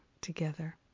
together